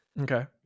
Okay